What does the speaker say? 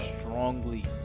strongly